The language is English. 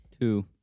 Two